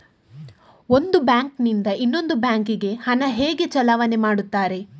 ಒಂದು ಬ್ಯಾಂಕ್ ನಿಂದ ಇನ್ನೊಂದು ಬ್ಯಾಂಕ್ ಗೆ ಹಣ ಹೇಗೆ ಚಲಾವಣೆ ಮಾಡುತ್ತಾರೆ?